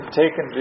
taken